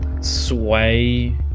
sway